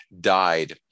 died